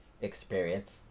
experience